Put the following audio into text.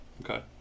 Okay